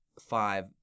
five